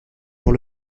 pour